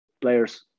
players